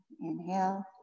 Inhale